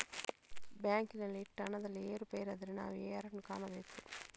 ಬ್ಯಾಂಕಿನಲ್ಲಿ ಇಟ್ಟ ಹಣದಲ್ಲಿ ಏರುಪೇರಾದರೆ ನಾವು ಯಾರನ್ನು ಕಾಣಬೇಕು?